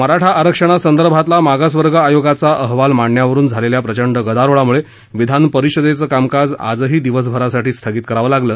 मराठा आरक्षणासंदर्भातला मागासवर्ग आयोगाचा अहवाल मांडण्यावरून झालेल्या प्रचंड गदारोळामुळे विधानपरिषदेचं कामकाज आजही दिवसभरासाठी स्थगित करावं लागलं